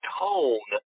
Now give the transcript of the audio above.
tone